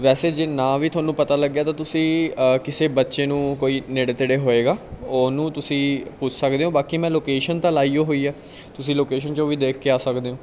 ਵੈਸੇ ਜੇ ਨਾ ਵੀ ਤੁਹਾਨੂੰ ਪਤਾ ਲੱਗਿਆ ਤਾਂ ਤੁਸੀਂ ਕਿਸੇ ਬੱਚੇ ਨੂੰ ਕੋਈ ਨੇੜੇ ਤੇੜੇ ਹੋਏਗਾ ਉਹਨੂੰ ਤੁਸੀਂ ਪੁੱਛ ਸਕਦੇ ਹੋ ਬਾਕੀ ਮੈਂ ਲੋਕੇਸ਼ਨ ਤਾਂ ਲਾਈ ਓ ਹੋਈ ਆ ਤੁਸੀਂ ਲੋਕੇਸ਼ਨ 'ਚ ਵੀ ਦੇਖ ਕੇ ਆ ਸਕਦੇ ਹੋ